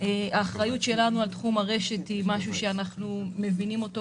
האחריות שלנו על תחום הרשת היא משהו שאנחנו מבינים אותו,